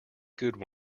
good